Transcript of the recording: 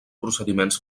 procediments